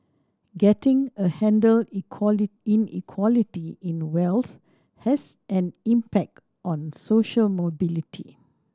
getting a handle Inequality in wealth has an impact on social mobility